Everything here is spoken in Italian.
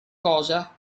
cosa